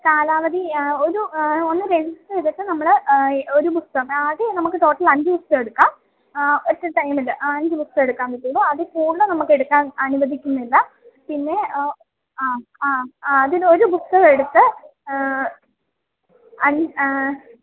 കാലാവധി ഒരു ഒന്ന് രജിസ്റ്റര് ചെയ്തിട്ട് നമ്മള് ഒരു പുസ്തകം ആദ്യം നമുക്ക് ടോട്ടല് അഞ്ച് പുസ്തകമെടുക്കാം ആ ഒറ്റ ടൈമില് ആ അഞ്ച് പുസ്തകമേ എടുക്കാന് പറ്റുകയുള്ളൂ അതില് കൂടുതല് നമുക്കെടുക്കാൻ അനുവദിക്കുന്നില്ല പിന്നെ ആ ആ ആ അതിലൊരു ബുക്ക് എടുത്ത്